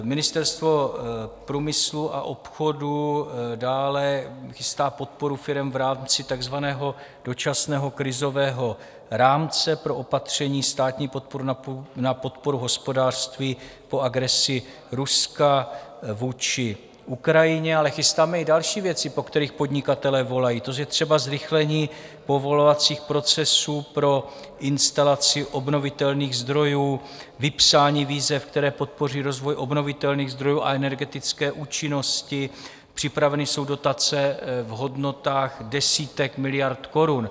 Ministerstvo průmyslu a obchodu dále chystá podporu firem v rámci takzvaného dočasného krizového rámce pro opatření, státní podporu na podporu hospodářství po agresi Ruska vůči Ukrajině, ale chystáme i další věci, po kterých podnikatelé volají, což je třeba zrychlení povolovacích procesů pro instalaci obnovitelných zdrojů, vypsání výzev, které podpoří rozvoj obnovitelných zdrojů a energetické účinnosti, připraveny jsou dotace v hodnotách desítek miliard korun.